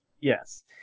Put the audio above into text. Yes